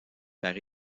par